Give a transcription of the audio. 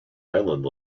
island